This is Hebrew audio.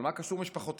אבל מה קשור משפחותיהם?